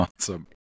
Awesome